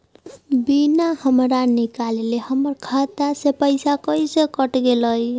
बिना हमरा निकालले, हमर खाता से पैसा कैसे कट गेलई?